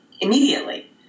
immediately